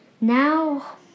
Now